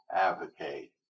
advocate